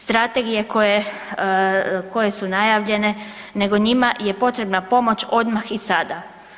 Strategije koje su najavljene, nego njima je potrebna pomoć odmah i sada.